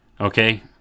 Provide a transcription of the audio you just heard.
Okay